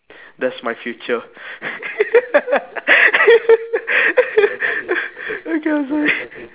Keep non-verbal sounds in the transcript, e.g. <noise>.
that's my future <laughs> okay I'm sorry